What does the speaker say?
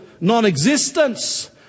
non-existence